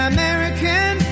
American